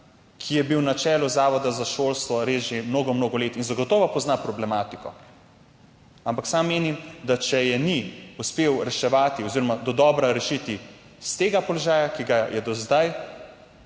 ki je bil na čelu Zavoda za šolstvo res že mnogo mnogo let in zagotovo pozna problematiko, ampak sam menim, da če je ni uspel reševati oziroma dodobra rešiti s tega položaja, na katerem je